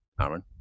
aaron